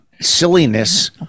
silliness